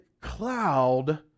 cloud